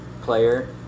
player